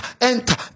enter